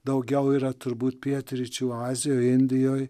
daugiau yra turbūt pietryčių azijoj indijoj